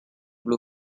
blue